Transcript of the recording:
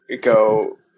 go